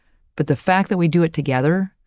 but the fact that we do it together,